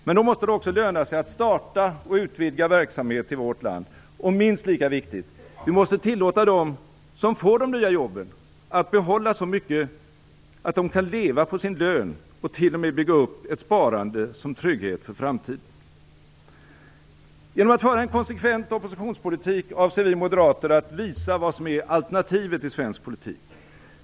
Men då måste det också löna sig att starta och utvidga verksamhet i vårt land, och minst lika viktigt: Vi måste tillåta dem som får de nya jobben att behålla så mycket att de kan leva på sin lön och t.o.m. bygga upp ett sparande som trygghet för framtiden. Genom att föra en konsekvent oppositionspolitik avser vi moderater att visa vad som är alternativet i svensk politik.